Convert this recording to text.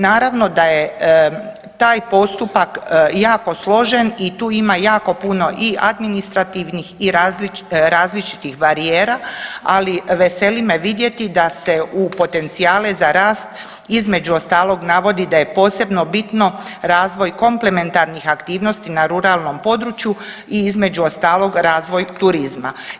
Naravno da je taj postupak jako složen i tu ima jako puno i administrativnih i različitih barijera, ali veseli me vidjeti da se u potencijale za rast između ostalog navodi da je posebno bitno razvoj komplementarnih aktivnosti na ruralnom području i između ostalog razvoj turizma.